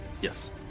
Yes